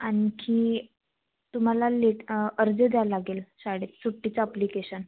आणखी तुम्हाला लेट अर्ज द्यावं लागेल शाळेत सुट्टीचं ॲप्लिकेशन